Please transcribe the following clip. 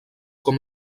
com